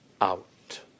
out